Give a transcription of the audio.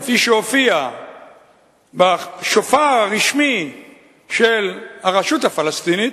כפי שהופיע בשופר הרשמי של הרשות הפלסטינית,